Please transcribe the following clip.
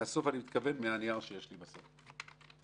מהנייר שיש לנו בסוף.